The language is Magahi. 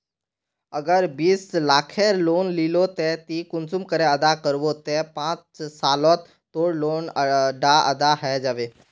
अगर बीस लाखेर लोन लिलो ते ती कुंसम करे अदा करबो ते पाँच सालोत तोर लोन डा अदा है जाबे?